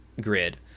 grid